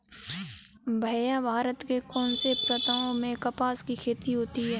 भैया भारत के कौन से प्रांतों में कपास की खेती होती है?